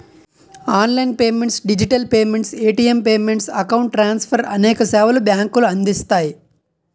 online payments digital payments, ATM payments, account transfer అనేక సేవలు బ్యాంకులు అందిస్తాయి